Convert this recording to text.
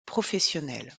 professionnel